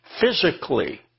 physically